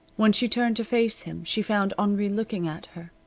when she turned to face him she found henri looking at her,